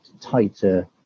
tighter